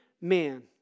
man